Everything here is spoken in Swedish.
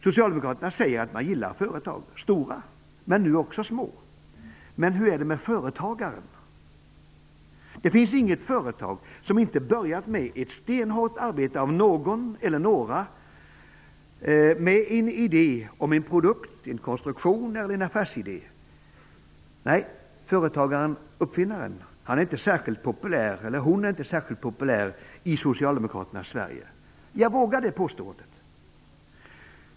Socialdemokraterna säger att man gillar företag, stora men nu också små. Men hur är det med företagaren? Det finns inget företag som inte börjat med ett stenhårt arbete av någon eller några med en idé om en produkt, en konstruktion eller en affärsidé. Nej, företagaren/uppfinnaren är inte särskilt populär i socialdemokraternas Sverige. Jag vågar det påståendet.